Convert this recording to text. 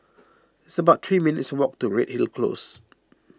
it's about three minutes' walk to Redhill Close